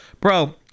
Bro